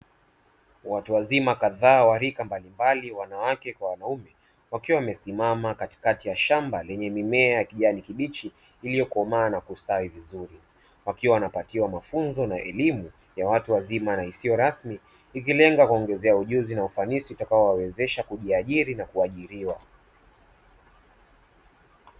Watu wazima kadhaa wa rika mbalimbali, wanawake kwa wanaume wakiwa wamesimama katikati ya shamba lenye mimea kijani kibichi iliyokomaa na bustawi vizuri, wakiwa wanapatiwa mafunzo na elimu ya watu wazima na isiyo rasmi ikilenga kuongezea ujuzi na ufanisi itakayowawezesha kujiajiri na kuajiriwa.